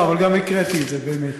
לא, אבל גם הקראתי את זה, באמת.